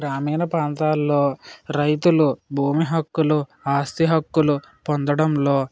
గ్రామీణ ప్రాంతాల్లో రైతులు భూమి హక్కులు ఆస్తి హక్కులు పొందడంలో